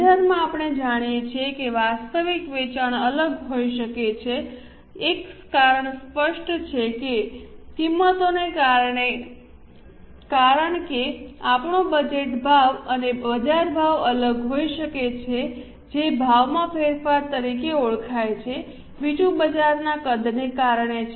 બજારમાં આપણે જાણીએ છીએ કે વાસ્તવિક વેચાણ અલગ હોઈ શકે છે એક કારણ સ્પષ્ટ છે કે કિંમતોને કારણે કારણ કે આપણું બજેટ ભાવ અને બજારભાવ અલગ અલગ હોઈ શકે છે જે ભાવમાં ફેરફાર તરીકે ઓળખાય છે બીજું બજારના કદને કારણે છે